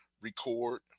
record